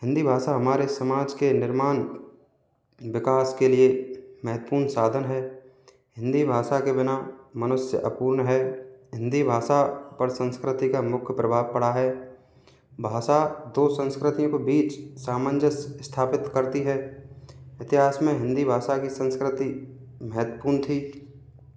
हिंदी भाषा हमारे समाज के निर्माण विकास के लिए महत्वपूर्ण साधन है हिंदी भाषा के बिना मनुष्य अपूर्ण है हिन्दी भाषा पर संस्कृति का मुख्य प्रभाव पड़ा है भाषा दो संस्कृतियों को बीच सामंजस्य स्थापित करती है इतिहास में हिंदी भाषा की संस्कृति महत्वपूर्ण थी